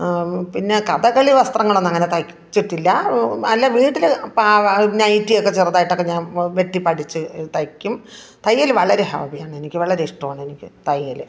പിന്നെ കഥകളി വസ്ത്രങ്ങളൊന്നും അങ്ങനെ തയ്ച്ചിട്ടില്ല അല്ല വീട്ടില് പാവ നൈറ്റിയൊക്കെ ചെറുതായിട്ടൊക്കെ ഞാൻ വെട്ടി പഠിച്ച് തയ്ക്കും തയ്യൽ വളരെ ഹോബിയാണെനിക്ക് വളരെ ഇഷ്ടമാണെനിക്ക് തയ്യൽ